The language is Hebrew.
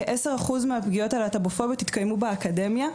כעשר אחוז מהפגיעות הלהט"בופוביות התקיימו באקדמיה.